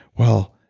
well,